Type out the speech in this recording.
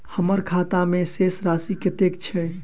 हम्मर खाता मे शेष राशि कतेक छैय?